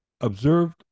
observed